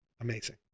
amazing